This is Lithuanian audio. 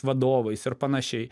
vadovais ir panašiai